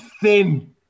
thin